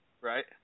Right